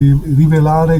rivelare